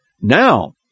Now